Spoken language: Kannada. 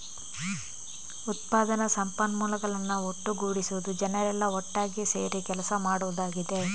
ಉತ್ಪಾದನಾ ಸಂಪನ್ಮೂಲಗಳನ್ನ ಒಟ್ಟುಗೂಡಿಸುದು ಜನರೆಲ್ಲಾ ಒಟ್ಟಾಗಿ ಸೇರಿ ಕೆಲಸ ಮಾಡುದಾಗಿದೆ